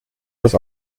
das